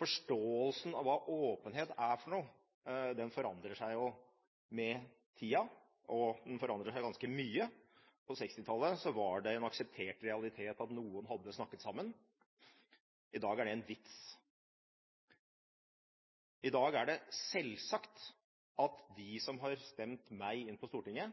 Forståelsen av hva åpenhet er for noe, forandrer seg med tida, og den forandrer seg ganske mye. På 1960-tallet var det en akseptert realitet at noen hadde snakket sammen. I dag er det en vits. I dag er det selvsagt at de som har stemt meg inn på Stortinget,